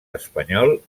espanyol